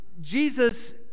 jesus